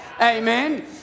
Amen